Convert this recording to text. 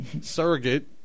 surrogate